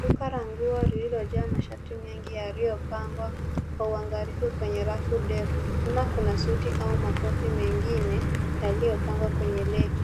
Duka la nguo lililojaa mashati mengi yaliyopangwa kwa uangalifu kwenye rafu ndefu, nyuma kuna suti au makoti mengine yalipangwa kwenye rack